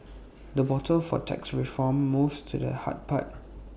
the bottle for tax reform moves to the hard part